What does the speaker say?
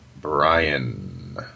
Brian